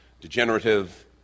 degenerative